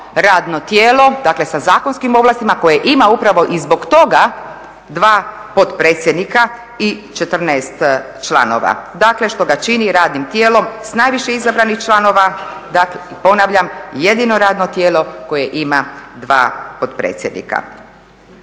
radno tijelo, dakle sa zakonskim ovlastima, koje ima upravo i zbog toga 2 potpredsjednika i 14 članova, dakle što ga čini radnim tijelom s najviše izabranih članova. Dakle ponavljam, jedino radno tijelo koje ima 2 potpredsjednika.